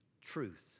Truth